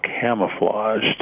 camouflaged